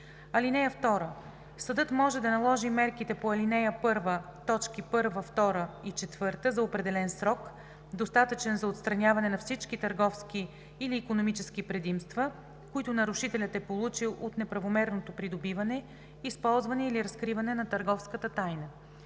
(2) Съдът може да наложи мерките по ал. 1, т. 1, 2 и 4 за определен срок, достатъчен за отстраняване на всички търговски или икономически предимства, които нарушителят е получил от неправомерното придобиване, използване или разкриване на търговската тайна.